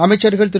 அமைச்சர்கள் திரு